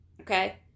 okay